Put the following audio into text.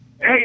Hey